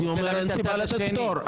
אני אומר שאין סיבה לתת פטור.